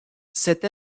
cette